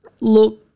Look